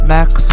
Max